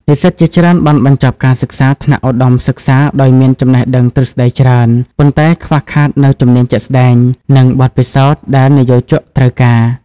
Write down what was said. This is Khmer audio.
និស្សិតជាច្រើនបានបញ្ចប់ការសិក្សាថ្នាក់ឧត្តមសិក្សាដោយមានចំណេះដឹងទ្រឹស្តីច្រើន ប៉ុន្តែខ្វះខាតនូវជំនាញជាក់ស្តែង និងបទពិសោធន៍ដែលនិយោជកត្រូវការ។